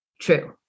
true